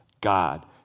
God